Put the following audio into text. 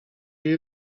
jej